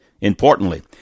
importantly